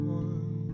one